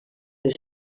les